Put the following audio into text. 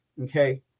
Okay